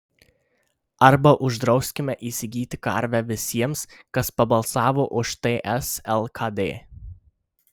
arba uždrauskime įsigyti karvę visiems kas pabalsavo už ts lkd